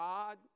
God